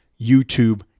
YouTube